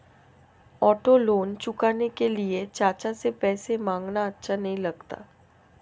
auto loan चुकाने के लिए चाचा से पैसे मांगना अच्छा नही लगता